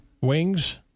wings